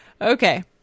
Okay